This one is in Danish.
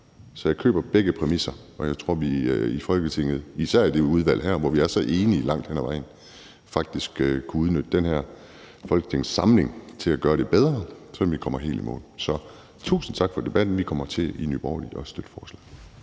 Så jeg køber begge præmisser, og jeg tror, at vi i Folketinget, især i det her udvalg, hvor vi er så enige langt hen ad vejen, faktisk kunne udnytte den her folketingssamling til at gøre det bedre, så vi kommer helt i mål. Så tusind tak for debatten. Vi støtter i Nye Borgerlige forslaget.